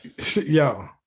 yo